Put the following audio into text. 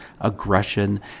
aggression